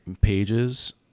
pages